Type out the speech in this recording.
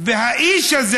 והאיש הזה,